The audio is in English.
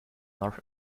north